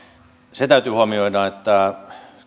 se täytyy huomioida että